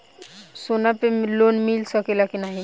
सोना पे लोन मिल सकेला की नाहीं?